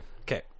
okay